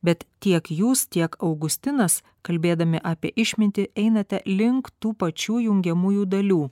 bet tiek jūs tiek augustinas kalbėdami apie išmintį einate link tų pačių jungiamųjų dalių